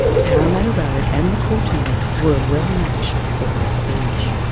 parramatta road and the cortina were well matched for prestige.